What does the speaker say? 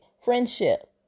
Friendship